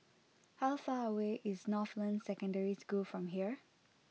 how far away is Northland Secondary School from here